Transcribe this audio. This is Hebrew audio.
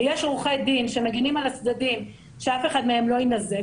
ויש עורכי דין שמגינים על הצדדים שאף אחד מהם לא יינזק,